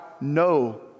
no